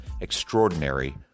Extraordinary